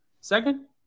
second